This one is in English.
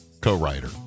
co-writer